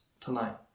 tonight